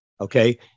okay